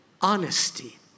honesty